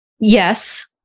Yes